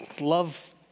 love